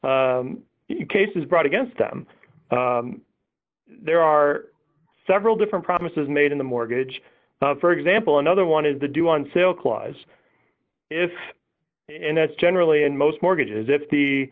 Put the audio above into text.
you cases brought against them there are several different promises made in the mortgage for example another wanted to do on sale clause if and that's generally in most mortgages if the